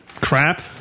crap